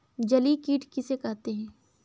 जलीय कीट किसे कहते हैं?